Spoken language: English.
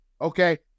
okay